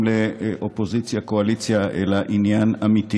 לאופוזיציה קואליציה אלא לעניין אמיתי,